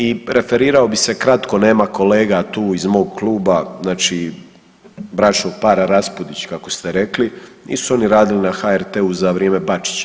I referirao bih se kratko, nema kolega tu iz mog kluba, znači bračnog para Raspudić kako ste rekli, nisu oni radili na HRT-u za vrijeme Bačića.